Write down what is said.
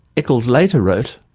eccles later wrote,